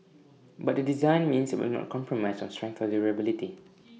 but the design means that IT will not compromise on strength or durability